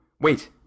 Wait